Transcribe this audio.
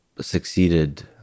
succeeded